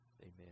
Amen